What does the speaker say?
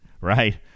right